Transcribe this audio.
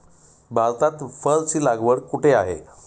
भारतात फरची लागवड कुठे आहे?